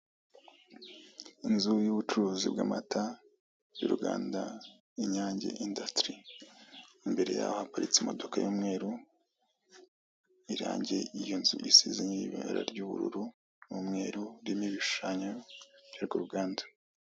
Inzu y'ubucuruzi bw'amata y'uruganda Inyange indasitiri imbere yaho haparitse imodoka y'umweru irange iyo nzu isize ni ibara ry'ubururu n'umweru irimo ibishushanyo by'urwo ruganda.